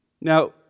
Now